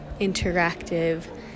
interactive